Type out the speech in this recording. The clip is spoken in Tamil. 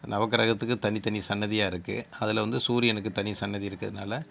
நவக்கிரகத்துக்கு தனித் தனி சன்னதியாக இருக்குது அதில் வந்து சூரியனுக்கு தனி சன்னதி இருக்கிறதுனால